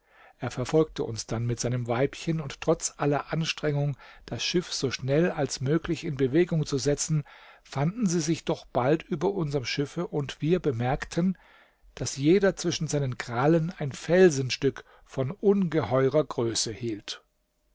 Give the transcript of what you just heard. er verfolgte uns dann mit seinem weibchen und trotz aller anstrengung das schiff so schnell als möglich in bewegung zu setzen fanden sie sich doch bald über unserm schiffe und wir bemerkten daß jeder zwischen seinen krallen ein felsenstück von ungeheurer größe hielt